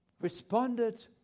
responded